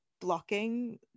blocking